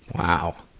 wow.